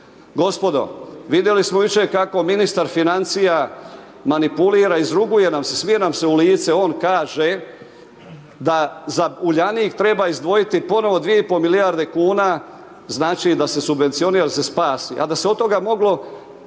Gospodo, vidjeli smo jučer kako ministar financija manipulira, izruguje nam se, smije nam se u lice, on kaže da za Uljanik treba izdvojiti ponovo 2,5 milijarde kuna, znači, da se subvencionira, da se spaja, a da se od toga moglo